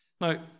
Now